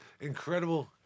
incredible